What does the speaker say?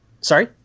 Sorry